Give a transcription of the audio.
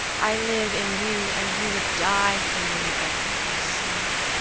i live in you and you would die for me, i love you so.